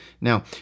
Now